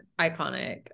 iconic